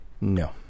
No